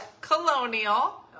colonial